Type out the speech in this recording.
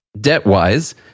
debt-wise